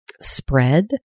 spread